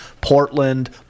Portland